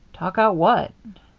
talk out what?